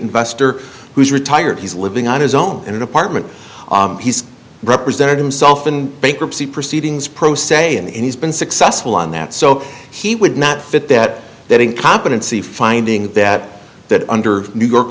investor who's retired he's living on his own in an apartment he's represented himself in bankruptcy proceedings pro se and he's been successful on that so he would not fit that that incompetency finding that that under new york